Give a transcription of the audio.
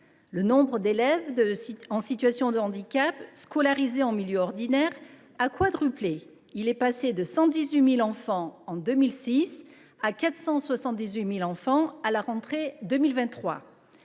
Le nombre d’élèves en situation de handicap scolarisés en milieu ordinaire a quadruplé : il est passé de 118 000 en 2006 à 478 000 à la rentrée 2023.